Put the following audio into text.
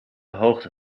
hoogte